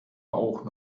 auch